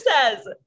says